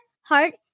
heart